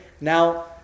Now